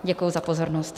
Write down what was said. Děkuji za pozornost.